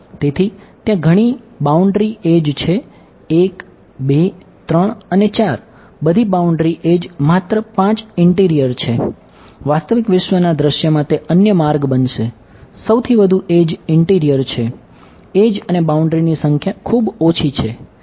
તેથી તેની બાઉન્ડ્રી પર એડ્જ અને બાઉન્ડ્રીની સંખ્યા ખૂબ ઓછી છે